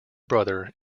brother